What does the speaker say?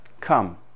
come